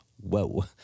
Whoa